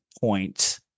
point